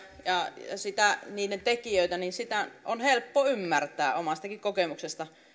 ja sen tekijöitä on helppo ymmärtää omastakin kokemuksesta